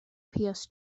pierce